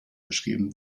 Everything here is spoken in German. geschrieben